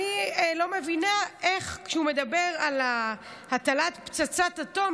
אני לא מבינה איך כשהוא מדבר על הטלת פצצת אטום,